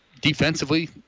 defensively